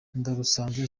ndarusanze